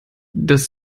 dass